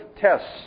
tests